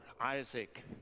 Isaac